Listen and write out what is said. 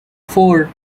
four